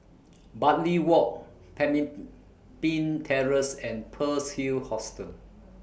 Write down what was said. Bartley Walk Pemimpin Terrace and Pearl's Hill Hostel